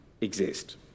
exist